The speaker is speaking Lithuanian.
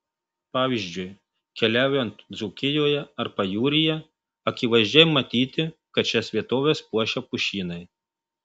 pavyzdžiui keliaujant dzūkijoje ar pajūryje akivaizdžiai matyti kad šias vietoves puošia pušynai